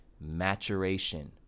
maturation